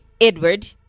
Edward